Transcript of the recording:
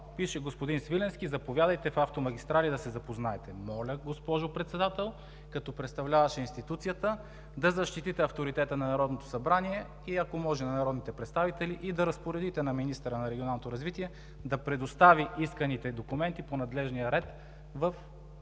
пише: „Господин Свиленски, заповядайте в „Автомагистрали“ да се запознаете!“. Моля, госпожо Председател, като представляващ институцията, да защитите авторитета на Народното събрание, ако може, и на народните представители, и да разпоредите на Министъра на регионалното развитие да предостави исканите документи по надлежния ред в